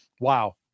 wow